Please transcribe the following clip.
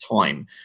time